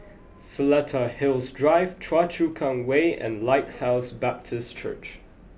Seletar Hills Drive Choa Chu Kang Way and Lighthouse Baptist Church